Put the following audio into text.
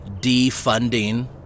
defunding